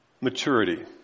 maturity